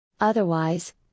Otherwise